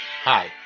Hi